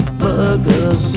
burgers